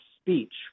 speech